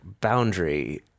boundary